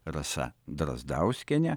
rasa drazdauskiene